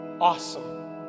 Awesome